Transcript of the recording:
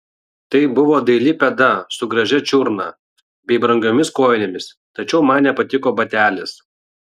tai buvo daili pėda su gražia čiurna bei brangiomis kojinėmis tačiau man nepatiko batelis